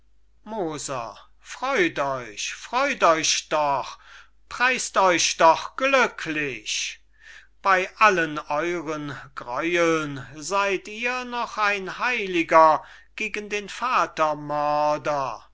moser freut euch freut euch doch preißt euch doch glücklich bey allen euren greueln seyd ihr noch ein heiliger gegen den vatermörder